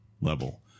level